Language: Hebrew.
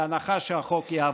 בהנחה שהחוק יעבור.